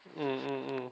mm mm mm